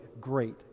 great